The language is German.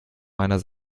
meiner